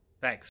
Thanks